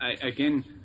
Again